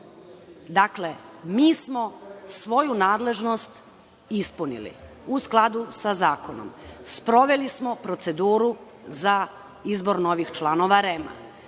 uslova. Dakle, mi smo svoju nadležnost ispunili u skladu sa zakonom. Sproveli smo proceduru za izbor novih članova REM-a.